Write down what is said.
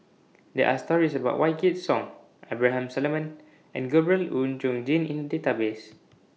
There Are stories about Wykidd Song Abraham Solomon and Gabriel Oon Chong Jin in The Database